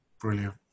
Brilliant